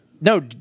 No